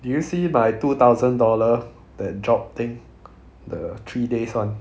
did you see my two thousand dollar that job thing the three days [one]